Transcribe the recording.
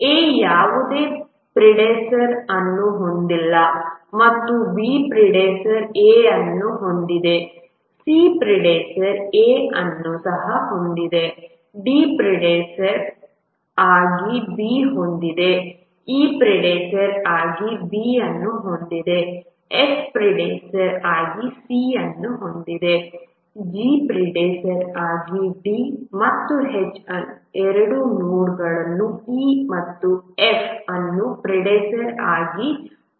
A ಯಾವುದೇ predecessor ಅನ್ನು ಹೊಂದಿಲ್ಲ B ಪ್ರಿಡೆಸೆಸ್ಸರ್ A ಅನ್ನು ಹೊಂದಿದೆ C ಪ್ರಿಡೆಸೆಸ್ಸರ್ A ಅನ್ನು ಸಹ ಹೊಂದಿದೆ D ಪ್ರಿಡೆಸೆಸ್ಸರ್ ಆಗಿ B ಹೊಂದಿದೆ E ಪ್ರಿಡೆಸೆಸ್ಸರ್ ಆಗಿ B ಅನ್ನು ಹೊಂದಿದೆ F ಪ್ರಿಡೆಸೆಸ್ಸರ್ ಆಗಿ C ಅನ್ನು ಹೊಂದಿದೆ G ಪ್ರಿಡೆಸೆಸ್ಸರ್ ಆಗಿ D ಮತ್ತು H ಎರಡು ನೋಡ್ಗಳನ್ನು E ಮತ್ತು F ಅನ್ನು ಪ್ರಿಡೆಸೆಸ್ಸರ್ ಆಗಿ ಹೊಂದಿದೆ